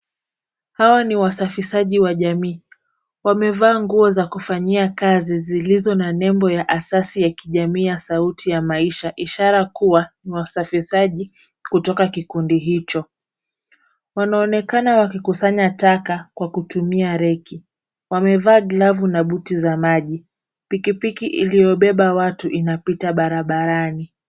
Hawa ni wasafishaji wa jamii, wamevaa nguo za kufanyia kazi, zilizo na nembo ya asasi ya kijamii ya sauti ya maisha, ishara kuwa ni wasafishaji kutoka kikundi hicho. Wanaonekana wakikusanya taka kwa kutumia reki, wamevaa glavu na buti za maji. Pikipiki iliyobeba watu inapita barabarani.